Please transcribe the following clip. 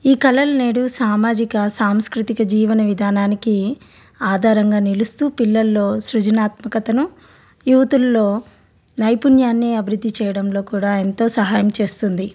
ఈ కళలు నేడు సామాజిక సాంస్కృతిక జీవన విధానానికి ఆధారంగా నిలుస్తూ పిల్లల్లో సృజనాత్మకతను యూతుల్లో నైపుణ్యాన్ని అభివృద్ధి చేయడంలో కూడా ఎంతో సహాయం చేస్తుంది